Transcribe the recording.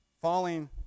falling